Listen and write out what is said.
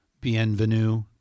Bienvenue